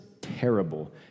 terrible